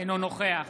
אינו נוכח